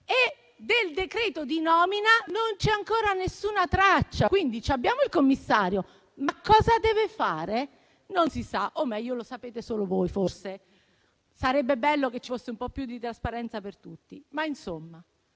ma del decreto di nomina non c'è ancora nessuna traccia. Quindi abbiamo il commissario, ma cosa deve fare non si sa, o meglio lo sapete solo voi, forse. Sarebbe bello che ci fosse un po' più di trasparenza per tutti. Ma non